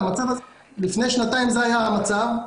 לפני שנתיים זה היה המצב,